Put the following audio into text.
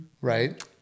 right